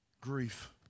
Grief